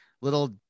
little